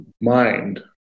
mind